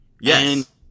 Yes